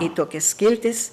į tokias skiltis